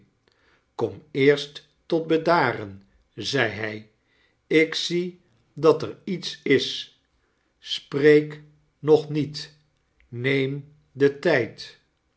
kom eerst tot bedaren zei hij ik zie dat er iets is spreek nog niet neem den tijd